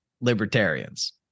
libertarians